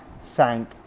sank